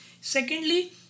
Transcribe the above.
secondly